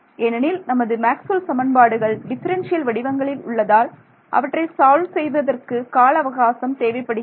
ஏனெனில் நமது மேக்ஸ்வெல் சமன்பாடுகள் டிஃபரென்ஷியல் வடிவங்களில் உள்ளதால் அவற்றை சால்வ் செய்வதற்கு கால அவகாசம் தேவைப்படுகிறது